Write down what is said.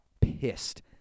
pissed